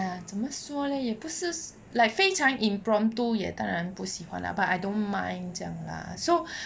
!aiya! 怎么说 leh 也不是 like 非常 impromptu 也当然不喜欢 lah but I don't mind 这样 lah so